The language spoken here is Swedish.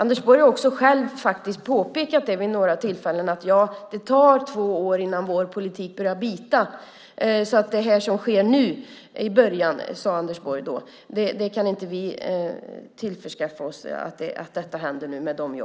Anders Borg själv har faktiskt sagt vid några tillfällen: Det tar två år innan vår politik börjar bita, så det som sker med jobben nu i början kan inte vi ta ansvar för.